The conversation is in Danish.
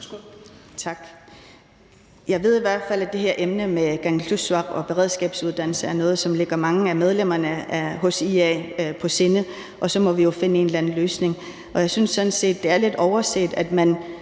Tak. Jeg ved i hvert fald, at det her emne, der har med Kangerlussuaq og beredskabsuddanelsen at gøre, er noget, som ligger mange af medlemmerne af IA på sinde, og så må vi jo finde en eller anden løsning. Og jeg synes sådan set, det er lidt overset, at man